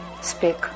speak